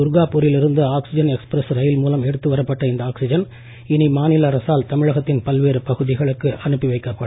துர்காபூரில் இருந்து oxygen express rail மூலம் எடுத்து வரப்பட்ட இந்த ஆக்ஸிஜன் இனி மாநில அரசால் தமிழகத்தின் பல்வேறு பகுதிகளுக்கு அனுப்பி வைக்கப்படும்